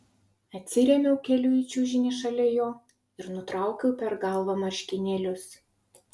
atsirėmiau keliu į čiužinį šalia jo ir nutraukiau per galvą marškinėlius